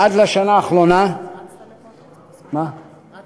עד לשנה האחרונה בוצע הפיקוח על-פי